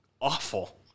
awful